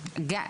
ניצול.